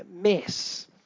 mess